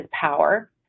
power